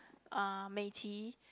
uh Mei-Qi